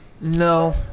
No